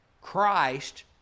Christ